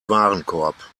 warenkorb